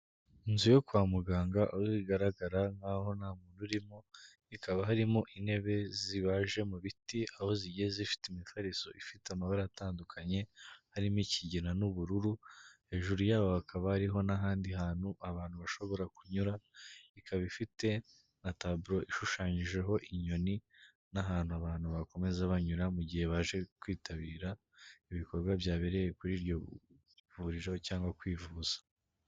Inzu yo kwa muganga, aho bigaragara nk'aho nta muntu urimo, ikaba harimo intebe zibaje mu biti, aho zigeye zifite imifariso ifite amabara atandukanye, harimo ikigena n'ubururu, hejuru y'aho hakaba ariho n'ahandi hantu abantu bashobora kunyura, ikaba ifite na taburo ishushanyijeho inyoni n'ahantu abantu bakomeza banyura mu gihe baje kwitabira ibikorwa byabereye kuri iryo vuriro cyangwa kwivuza.